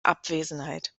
abwesenheit